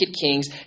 kings